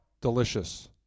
delicious